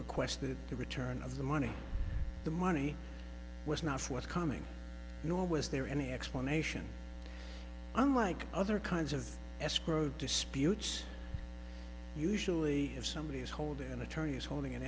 requested the return of the money the money was not forthcoming nor was there any explanation unlike other kinds of escrow disputes usually have somebody is holding an attorney is holding